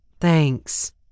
Thanks